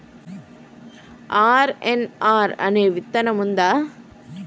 RNR అనే విత్తనం ఉందా?